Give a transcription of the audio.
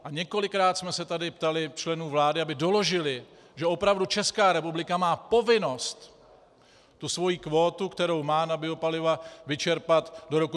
A několikrát jsme se tady ptali členů vlády, aby doložili, že opravdu Česká republika má povinnost tu svoji kvótu, kterou má na biopaliva, vyčerpat do roku 2017.